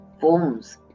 forms